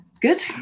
Good